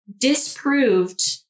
disproved